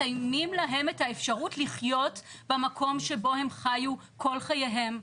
מסיימים להם את האפשרות לחיות במקום שבו הם חיו כל חייהם.